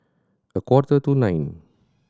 a quarter to nine